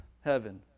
heaven